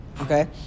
Okay